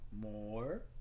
More